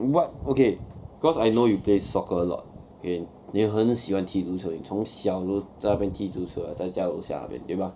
what okay cause I know you play soccer a lot okay 你很喜欢踢足球你从小都在那边踢足球 liao 在家楼下那边对吗